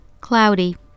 Cloudy